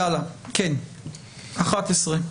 ממשיכים.